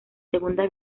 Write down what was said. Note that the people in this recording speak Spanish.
segunda